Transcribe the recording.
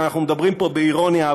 אנחנו מדברים פה באירוניה,